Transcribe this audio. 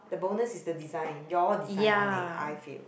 the bonus is the design they all design on it I feel